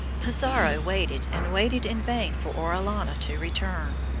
pizarro waited and waited in vain for orellana to return,